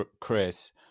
Chris